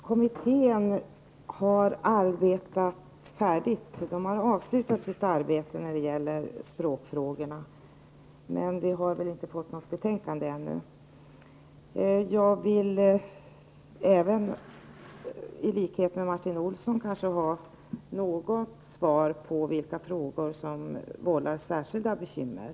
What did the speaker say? Herr talman! Den aktuella kommittén har avslutat sitt arbete med språkfrågorna. Såvitt jag vet har det ännu inte kommit något betänkande. I likhet med Martin Olsson skulle också jag vilja veta vilka frågor som vållar särskilda bekymmer.